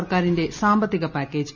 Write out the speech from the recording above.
സർക്കാരിന്റെ സാമ്പത്തിക പാക്കേജ്